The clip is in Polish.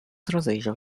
rozejrzał